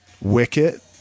wicket